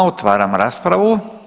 Otvaram raspravu.